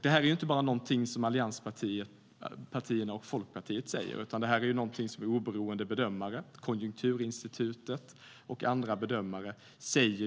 Det är inte bara något som allianspartierna och Folkpartiet säger, utan det är något som oberoende bedömare på Konjunkturinstitutet och andra bedömare säger.